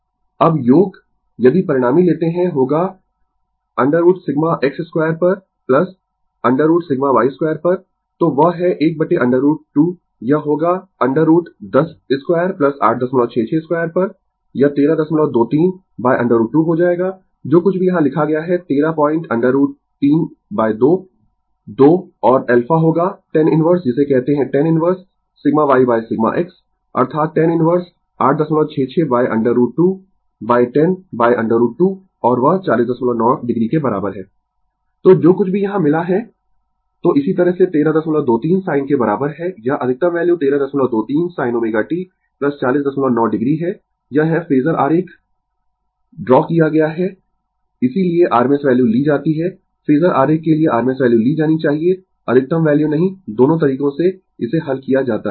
• Glossary English Word Hindi Word Meaning ampere ampere ampere anticlockwise anticlockwise वामावर्त arrow arrow तीर का निशान bar bar bar constant constant अचल counter clockwise rotation counter clockwise rotation वामाव्रत चक्कर cube cube घन current current धारा draw draw खींचना drawing ड्राइंग चित्रांकन करना exponential form एक्सपोनेंशियल फॉर्म घातांक रूप generate जनरेट उत्पन्न करना generation जनरेशन पीढ़ी graph ग्राफ लेखाचित्र impedance इम्पिडेंस प्रतिबाधा into इनटू में inverse इनवर्स प्रतिलोम join जॉइन जुड़ना lagging लैगिंग धीरे पहुँचने वाला lead लीड अग्रणी leading लीडिंग शीघ्र पहुँचने वाला mean मीन औसत move मूव चलना notation नोटेशन संकेतन notes नोट्स नोट्सटिप्पणियाँ numericals न्यूमेरिकल्स संख्यात्मक operator ऑपरेटर संक्रियक peak पीक शिखर phasor phasor phasor plot plot खींचना point पॉइंट बिंदु polar form पोलर फॉर्म ध्रुवीय रूप position पोजीशन अवस्था power पॉवर शक्ति produce प्रोडूस उत्पादित करना projection प्रोजेक्शन प्रक्षेपण projectional प्रोजेक्शनल प्रक्षेपण संबंधी put पुट रखना quantities क्वांटिटीस मात्राएँ quantity क्वांटिटी मात्रा rotate रोटेट चक्रानुसार घुमाना rotating vector रोटेटिंग वेक्टर घूमता हुआ वेक्टर scale स्केल स्तर में लाना side साइड सिरासतह Single Phase AC Circuits single phase AC circuits एकल चरण AC परिपथ sinusoidal signal sinusoidal signal sinusoidal संकेत value वैल्यू मूल्य volt volt volt voltage voltage voltage wave form wave form तरंग